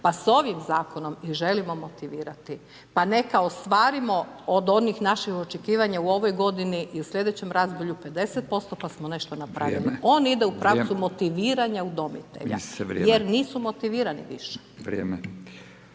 Pa sa ovim zakonom i želimo motivirati, pa neka ostvarimo od onih naših očekivanja u ovoj godini i u sljedećem razdoblju 50% pa smo nešto napravili. On ide u pravcu motiviranja udomitelja jer nisu motivirani više.